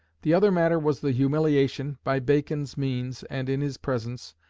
the other matter was the humiliation, by bacon's means and in his presence,